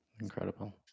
Incredible